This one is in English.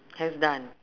has done